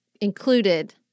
included